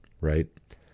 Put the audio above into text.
Right